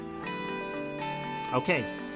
Okay